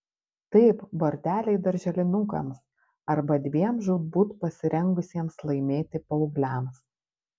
taip borteliai darželinukams arba dviem žūtbūt pasirengusiems laimėti paaugliams